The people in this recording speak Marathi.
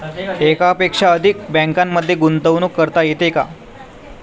एकापेक्षा अधिक बँकांमध्ये गुंतवणूक करता येते का?